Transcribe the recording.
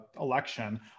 election